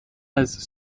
als